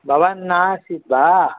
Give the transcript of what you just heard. भवान् नासीत् वा